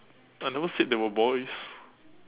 I never said they were boys